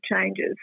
changes